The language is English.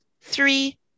Three